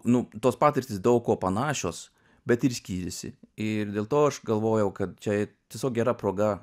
nu tos patirtys daug kuo panašios bet ir skyrėsi ir dėl to aš galvojau kad čia tiesiog gera proga